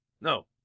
No